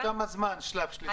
תוך כמה זמן שלב שלישי?